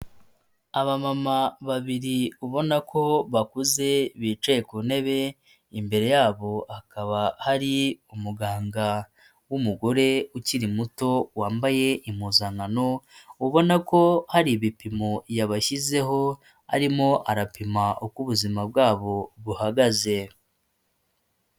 Abamama babiri ubona ko bakuze bicaye ku ntebe, imbere yabo hakaba hari umuganga w'umugore ukiri muto wambaye impuzankano, ubona ko hari ibipimo yabashyizeho arimo arapima uko ubuzima bwabo buhagaze.